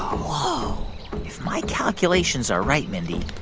whoa if my calculations are right, mindy,